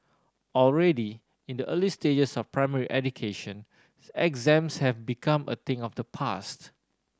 already in the early stages of primary education exams have become a thing of the past